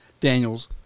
Daniel's